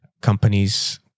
companies